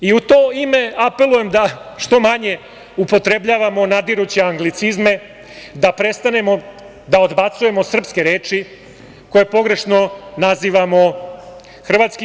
U to ime apelujem da što manje upotrebljavamo nadiruće anglicizme, da prestanemo da odbacujemo srpske reči koje pogrešno nazivamo hrvatskim.